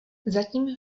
zatím